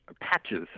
patches